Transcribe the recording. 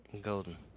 Golden